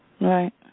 Right